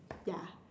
ya